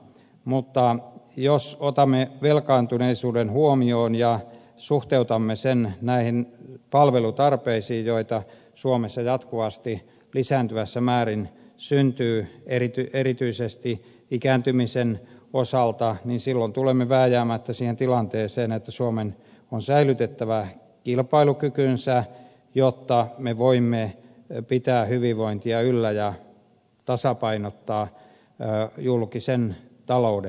mutta jos otamme velkaantuneisuuden huomioon ja suhteutamme sen näihin palvelutarpeisiin joita suomessa jatkuvasti lisääntyvässä määrin syntyy erityisesti ikääntymisen osalta silloin tulemme vääjäämättä siihen tilanteeseen että suomen on säilytettävä kilpailukykynsä jotta me voimme pitää hyvinvointia yllä ja tasapainottaa julkisen talouden